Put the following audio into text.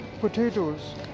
potatoes